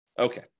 Okay